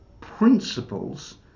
principles